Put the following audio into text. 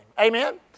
Amen